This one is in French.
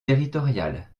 territoriale